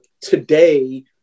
today